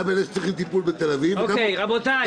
גם אלה שצריכים טיפול בתל אביב וגם רופאים.